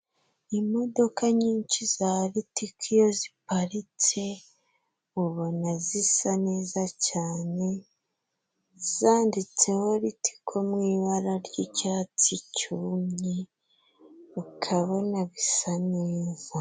Imodoka nyinshi za ritiko iyo ziparitse, ubona zisa neza cyane, zanditse ho ritiko mu ibara ry'icyatsi cyume, ukabona bisa neza.